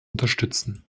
unterstützen